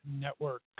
Network